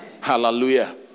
Hallelujah